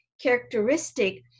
characteristic